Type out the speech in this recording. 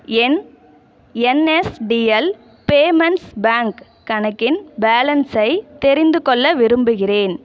என் NSDL payments bank கணக்கின் பேலன்ஸை தெரிந்துக் கொள்ள விரும்புகிறேன்